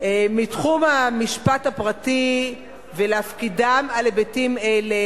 מתחום המשפט הפרטי ולהפקידם על היבטים אלה